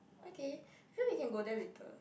okay then we can go there later